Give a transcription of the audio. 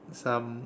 some